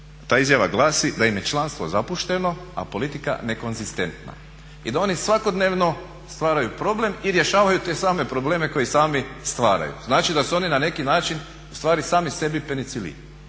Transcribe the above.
ta izjava glasi da im je članstvo zapušteno, a politika nekonzistentna i da oni svakodnevno stvaraju problem i rješavaju te same probleme koje sami stvaraju. Znači da su oni na neki način u stvari sami sebi penicilin.